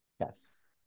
Yes